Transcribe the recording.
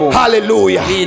hallelujah